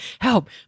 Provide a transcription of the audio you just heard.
help